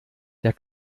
der